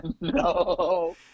no